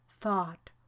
thought